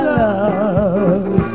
love